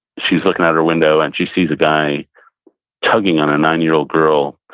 she's looking out her window and she sees a guy tugging on a nine year old girl,